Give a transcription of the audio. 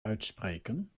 uitspreken